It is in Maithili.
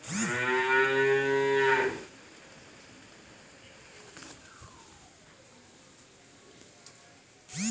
समुद्री कृषि मॅ मछली, सीप, शंख, मोती आदि के खेती करलो जाय छै